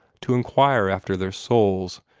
to inquire after their souls,